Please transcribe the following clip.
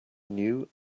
new